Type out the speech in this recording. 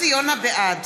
(קוראת בשמות חברי הכנסת) יוסי יונה, בעד